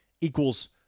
equals